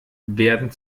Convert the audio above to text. werden